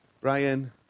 Brian